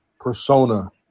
persona